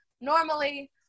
normally